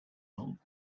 nantes